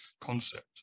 concept